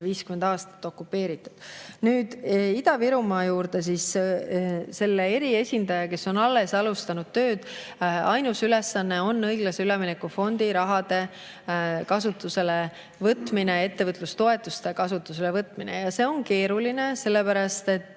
50 aastat okupeeritud. Nüüd Ida-Virumaa juurde. Selle eriesindaja, kes on alles alustanud tööd, ainus ülesanne on õiglase ülemineku fondi raha ja ettevõtlustoetuste kasutuselevõtmine. See on keeruline, sellepärast et